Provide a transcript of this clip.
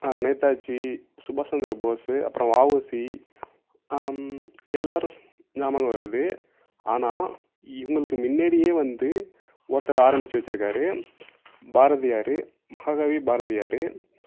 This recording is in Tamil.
நேதாஜி சுபாஷ் சந்திர போஸ் அப்புறம் வஉசி எல்லாேரும் ஞாபகம் வருது ஆனால் இவங்களுக்கு முன்னாடியே வந்து ஒருத்தர் ஆரமிச்சு வச்சுருக்காரு பாரதியார் மகாகவி பாரதியார்